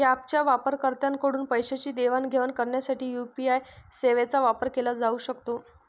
ऍपच्या वापरकर्त्यांकडून पैशांची देवाणघेवाण करण्यासाठी यू.पी.आय सेवांचा वापर केला जाऊ शकतो